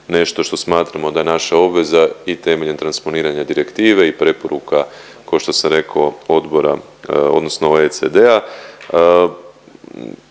nešto što smatramo da je naša obveza i temeljem transponiranja direktive i preporuka ko što sam reko Odbora, odnosno OECD-a.